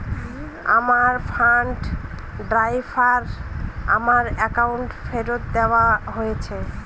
আমার fund transfer আমার অ্যাকাউন্টে ফেরত দেওয়া হয়েছে